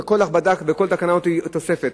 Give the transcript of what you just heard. וכל הכבדה בכל תקנה כזאת היא תוספת,